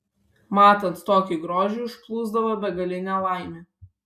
matant tokį grožį užplūsdavo begalinė laimė